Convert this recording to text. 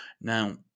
Now